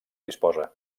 disposa